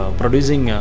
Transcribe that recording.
producing